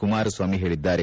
ಕುಮಾರಸ್ವಾಮಿ ಹೇಳದ್ದಾರೆ